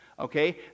Okay